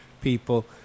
people